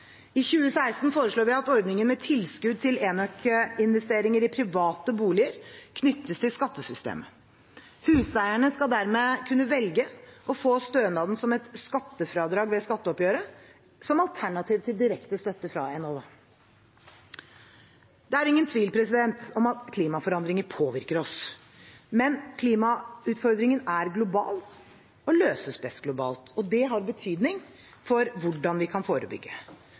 I 2016 foreslår vi at ordningen med tilskudd til enøk-investeringer i private boliger knyttes til skattesystemet. Huseierne skal dermed kunne velge å få stønaden som et skattefradrag ved skatteoppgjøret som alternativ til direkte støtte fra Enova. Det er ingen tvil om at klimaforandringer påvirker oss. Men klimautfordringen er global og løses best globalt. Det har betydning for hvordan vi kan forebygge.